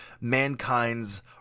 mankind's